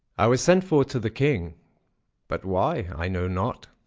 i was sent for to the king but why, i know not.